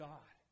God